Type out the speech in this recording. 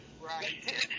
Right